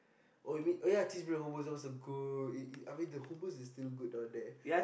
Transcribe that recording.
oh you mean oh ya cheese grill it was that was so good it it I mean the Hummus is still good there